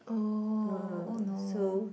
oh oh no